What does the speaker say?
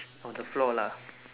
on the floor lah